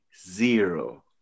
zero